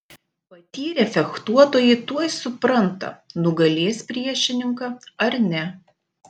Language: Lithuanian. patyrę fechtuotojai tuoj supranta nugalės priešininką ar ne